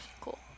Cool